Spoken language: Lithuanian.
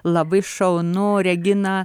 labai šaunu regina